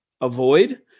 avoid